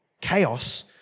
chaos